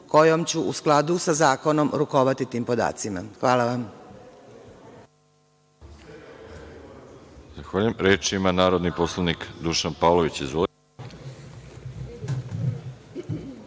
kojom ću u skladu sa zakonom rukovati tim podacima. Hvala vam.